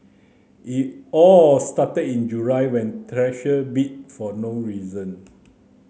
it all started in July when Treasure bit for no reason